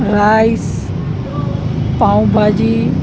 rice pav bhaji